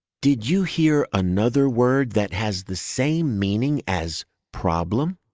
did you hear another word that has the same meaning as problem?